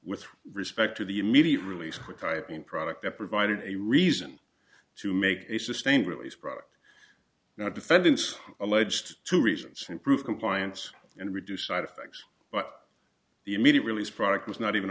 with respect to the immediate release of a typing product that provided a reason to make a sustained release product not defendants alleged to reasons improve compliance and reduce side effects but the immediate release product was not even